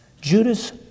Judas